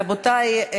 רבותי,